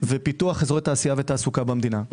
ופיתוח אזורי תעשייה ותעסוקה במדינה.